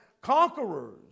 conquerors